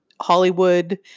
Hollywood